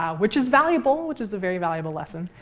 ah which is valuable. which is a very valuable lesson.